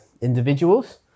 individuals